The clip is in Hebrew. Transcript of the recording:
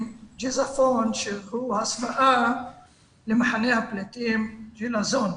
ג'יזפון שהוא הסוואה למחנה הפליטים ג'לזון.